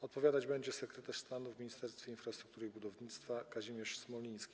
Odpowiadać będzie sekretarz stanu w Ministerstwie Infrastruktury i Budownictwa pan Kazimierz Smoliński.